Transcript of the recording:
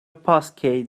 passkey